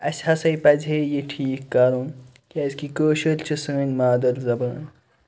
اَسہِ ہَسَے پَزِ ہے یہِ ٹھیٖک کَرُن کیٛازِ کہِ کٲشِر چھِ سٲنۍ مادَر زبان